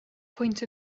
pwynt